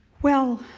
well,